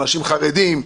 אנשים חרדים,